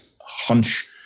hunch